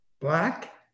black